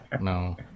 no